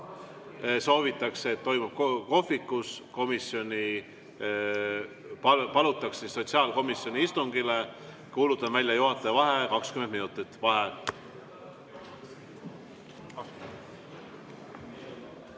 Soovitakse, et toimub kohvikus. Komisjoni palutakse sotsiaalkomisjoni istungile. Kuulutan välja juhataja vaheaja 20 minutit.